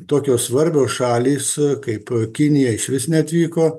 tokios svarbios šalys kaip kinija išvis neatvyko